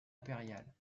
impériale